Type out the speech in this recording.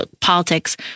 politics